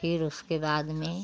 फिर उसके बाद में